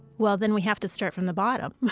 well then, we have to start from the bottom